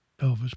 Elvis